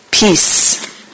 Peace